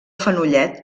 fenollet